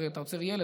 הרי אתה עוצר ילד,